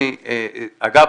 אגב,